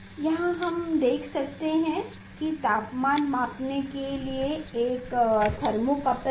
यहाँ हम देख सकते हैं कि तापमान मापने के लिए एक थर्मोकपल है